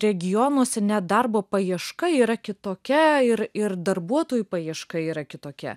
regionuose net darbo paieška yra kitokia ir ir darbuotojų paieška yra kitokia